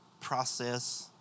process